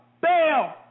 bail